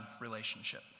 relationship